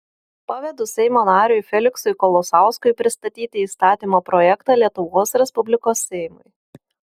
pavedu seimo nariui feliksui kolosauskui pristatyti įstatymo projektą lietuvos respublikos seimui